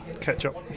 ketchup